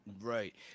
Right